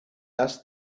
asked